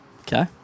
Okay